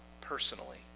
personally